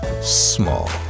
small